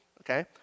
okay